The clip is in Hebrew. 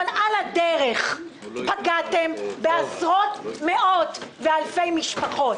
אבל על הדרך פגעתם בעשרות, מאות, ואלפי משפחות.